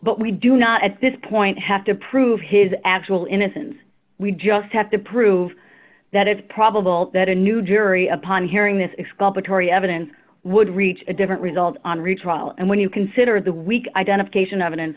but we do not at this point have to prove his actual innocence we just have to prove that it's probable that a new jury upon hearing this is called victoria evidence would reach a different result on retrial and when you consider the weak identification evidence